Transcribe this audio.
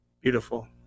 Beautiful